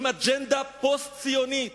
עם אג'נדה פוסט-ציונית